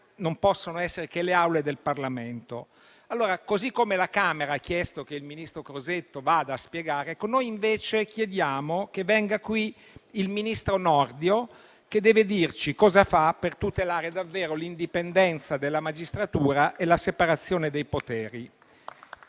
non possono essere che le Aule del Parlamento. Così come la Camera ha chiesto che il ministro Crosetto vada a spiegare, noi invece chiediamo che venga qui il ministro Nordio, che deve dirci cosa fa per tutelare davvero l'indipendenza della magistratura e la separazione dei poteri.